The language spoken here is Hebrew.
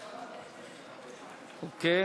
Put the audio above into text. אוקיי.